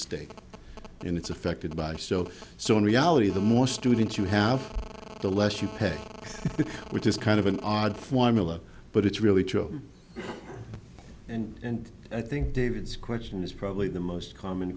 state and it's affected by so so in reality the more students you have the less you pay which is kind of an odd formula but it's really true and i think david's question is probably the most common